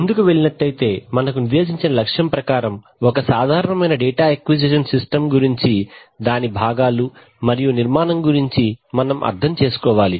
ముందుకు వెళ్ళినట్లయితే మనకు నిర్దేశించిన లక్ష్యం ప్రకారం ఒక సాధారణమైన డేటా అక్విజిషన్ సిస్టం గురించి దాని భాగాలు మరియు నిర్మాణం గురించి మనం అర్థం చేసుకోవాలి